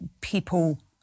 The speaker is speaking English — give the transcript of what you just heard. people